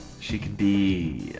she can be